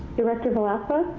director velasquez?